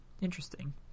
Interesting